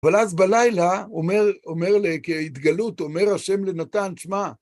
אבל אז בלילה, כהתגלות, אומר השם לנתן, שמע,